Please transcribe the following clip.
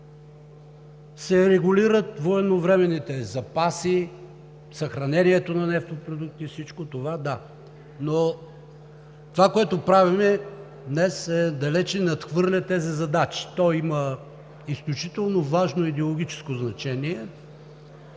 се регулират военновременните запаси, съхранението на нефтопродукти. Всичко това – да, но това, което правим днес, далеч надхвърля тези задачи. То има изключително важно идеологическо значение.